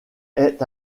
est